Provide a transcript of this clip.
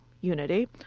unity